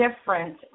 different